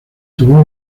tuvo